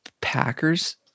Packers